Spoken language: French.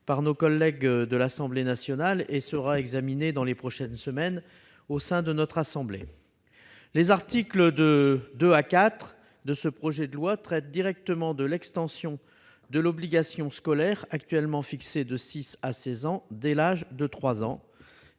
par nos collègues de l'Assemblée nationale et sera examiné dans les prochaines semaines au sein de notre assemblée. Les articles 2 à 4 de ce projet de loi traitent directement de l'extension de l'obligation scolaire, actuellement fixée de 6 à 16 ans, dès l'âge de 3 ans.